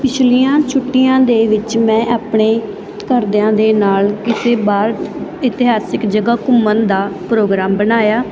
ਪਿਛਲੀਆਂ ਛੁੱਟੀਆਂ ਦੇ ਵਿੱਚ ਮੈਂ ਆਪਣੇ ਘਰਦਿਆਂ ਦੇ ਨਾਲ ਕਿਸੇ ਬਾਹਰ ਇਤਿਹਾਸਿਕ ਜਗ੍ਹਾ ਘੁੰਮਣ ਦਾ ਪ੍ਰੋਗਰਾਮ ਬਣਾਇਆ